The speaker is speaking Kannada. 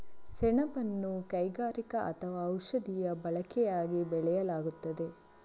ಸೆಣಬನ್ನು ಕೈಗಾರಿಕಾ ಅಥವಾ ಔಷಧೀಯ ಬಳಕೆಯಾಗಿ ಬೆಳೆಯಲಾಗುತ್ತದೆ